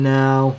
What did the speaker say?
now